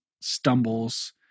stumbles